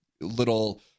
little